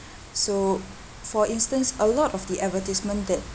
so for instance a lot of the advertisement that